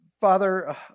Father